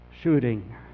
Shooting